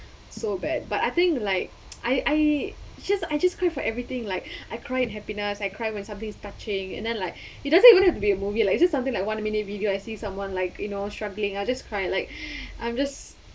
so bad but I think like I I just I just cried for everything like I cried happiness I cry when somebody's touching and then like it doesn't even have to be a movie like it's just something like one minute video I see someone like you know struggling I just cried like I'm just